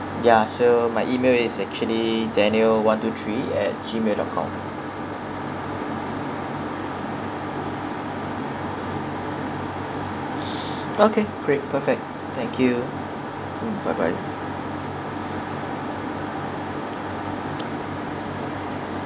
ya so my email is actually daniel one two three at gmail dot com okay great prefect thank you mm bye bye